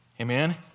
Amen